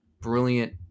brilliant